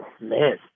man